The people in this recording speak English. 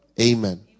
Amen